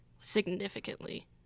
significantly